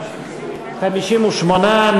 58,